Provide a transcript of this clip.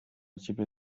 ciebie